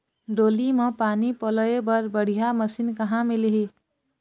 डोली म पानी पलोए बर बढ़िया मशीन कहां मिलही?